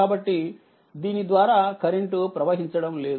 కాబట్టి దీనిద్వారా కరెంట్ ప్రవహించడంలేదు